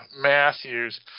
Matthews